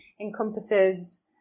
encompasses